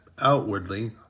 outwardly